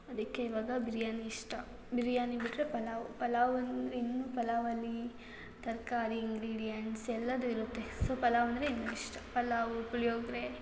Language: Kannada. ಅದಕ್ಕೆ ಇವಾಗ ಬಿರ್ಯಾನಿ ಇಷ್ಟ ಬಿರ್ಯಾನಿ ಬಿಟ್ಟರೆ ಪಲಾವ್ ಪಲಾವ್ ಅಂದ್ರೆ ಇನ್ನೂ ಪಲಾವಲ್ಲಿ ತರಕಾರಿ ಇಂಗ್ರೀಡಿಯಂಟ್ಸ್ ಎಲ್ಲವೂ ಇರುತ್ತೆ ಸೊ ಪಲಾವ್ ಅಂದರೆ ಇನ್ನೂ ಇಷ್ಟ ಪಲಾವು ಪುಳಿಯೋಗರೆ